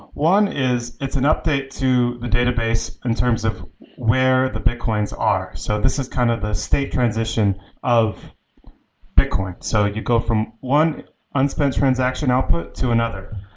one is it's an update to the database in terms of where the bitcoins are. so this is kind of a state transition of bitcoin. so you go from one unspent transaction output to another,